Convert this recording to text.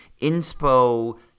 inspo